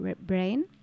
brain